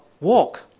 walk